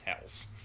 house